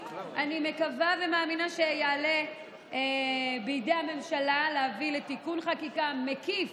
אני מקווה ומאמינה שיעלה בידי הממשלה להביא לתיקון חקיקה מקיף.